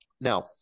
now